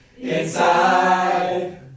inside